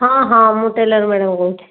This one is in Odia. ହଁ ହଁ ମୁଁ ଟେଲର୍ ମ୍ୟାଡ଼ାମ୍ କହୁଛି